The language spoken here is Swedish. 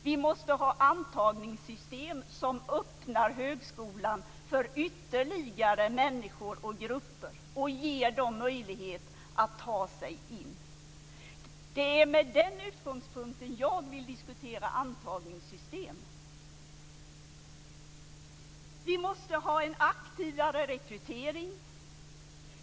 Vi måste ha antagningssystem som öppnar högskolan för ytterligare människor och grupper och ger dem möjlighet att ta sig in. Det är med den utgångspunkten jag vill diskutera antagningssystem. Vi måste ha en aktivare rekrytering.